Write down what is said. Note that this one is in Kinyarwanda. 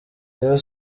rayon